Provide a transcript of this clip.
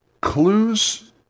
Clues